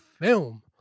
film